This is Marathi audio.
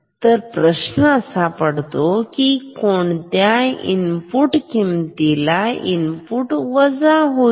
तर प्रश्न असा पडतो की कोणत्या इनपुट किंमत ला इनपुट वजा होईल